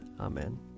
Amen